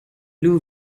blue